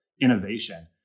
innovation